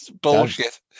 Bullshit